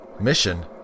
Mission